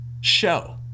show